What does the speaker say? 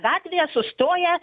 gatvėje sustoja